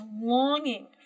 longing